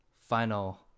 final